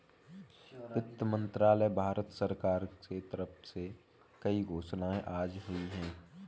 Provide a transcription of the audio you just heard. वित्त मंत्रालय, भारत सरकार के तरफ से कई घोषणाएँ आज हुई है